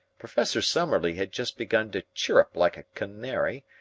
professor summerlee had just begun to chirrup like a canary,